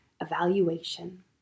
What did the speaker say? evaluation